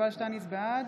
בעד